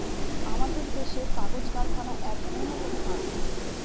আমাদের দেশের কাগজ কারখানা এক উন্নতম কারখানা